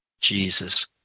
Jesus